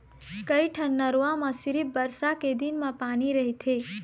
कइठन नरूवा म सिरिफ बरसा के दिन म पानी रहिथे